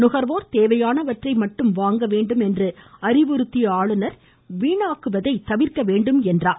நுகர்வோர் தேவையானவந்றை மட்டும் வாங்க வேண்டும் என்று அறிவுறுத்திய அவர் வீணாக்குவதை தவிர்க்க வேண்டும் என்று கூறியுள்ளார்